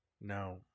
No